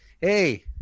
Hey